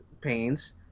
pains